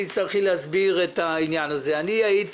תצטרכי להסביר את העניין של התקציב למהלך כל שנת 2020. אני הייתי